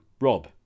Rob